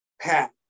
Pat